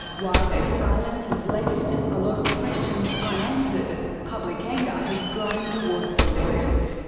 while their silence has left a lot of questions unanswered, public anger has grown towards the lawyers.